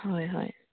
হয় হয়